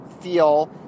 feel